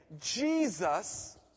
Jesus